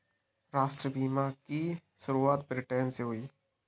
राष्ट्रीय बीमा की शुरुआत ब्रिटैन से हुई